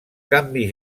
canvi